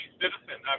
citizen